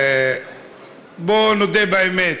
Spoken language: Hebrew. בואו נודה באמת: